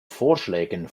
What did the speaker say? vorschlägen